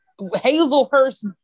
Hazelhurst